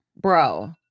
bro